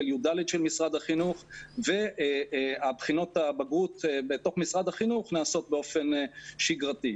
י"ד של משרד החינוך ובחינות הבגרות בתוך משרד החינוך נעשות באופן שגרתי.